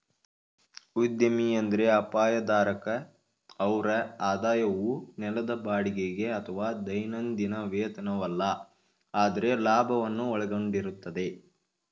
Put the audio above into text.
ಉದ್ಯಮಿ ಎಂದ್ರೆ ಅಪಾಯ ಧಾರಕ ಅವ್ರ ಆದಾಯವು ನೆಲದ ಬಾಡಿಗೆಗೆ ಅಥವಾ ದೈನಂದಿನ ವೇತನವಲ್ಲ ಆದ್ರೆ ಲಾಭವನ್ನು ಒಳಗೊಂಡಿರುತ್ತೆ